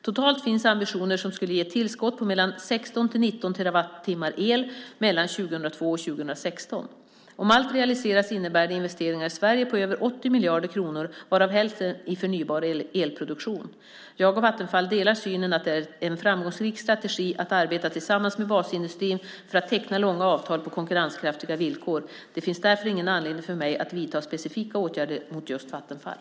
Totalt finns ambitioner som skulle ge ett tillskott på mellan 16 och 19 terawattimmar el mellan 2002 och 2016. Om allt realiseras innebär det investeringar i Sverige på över 80 miljarder kronor varav hälften i förnybar elproduktion. Jag och Vattenfall delar synen att det är en framgångsrik strategi att arbeta tillsammans med basindustrin för att teckna långa avtal på konkurrenskraftiga villkor. Det finns därför ingen anledning för mig att vidta specifika åtgärder mot just Vattenfall.